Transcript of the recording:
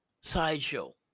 Sideshow